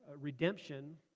redemption